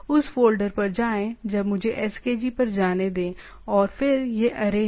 उस फ़ोल्डर पर जाएं अब मुझे skg पर जाने दें और फिर यह ऐरे है